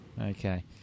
Okay